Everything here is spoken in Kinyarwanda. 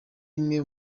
imwe